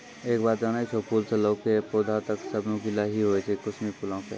एक बात जानै छौ, फूल स लैकॅ पौधा तक सब नुकीला हीं होय छै कुसमी फूलो के